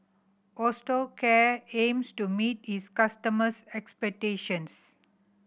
Osteocare aims to meet its customers' expectations